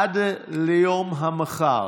עד ליום המחר,